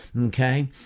Okay